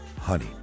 Honey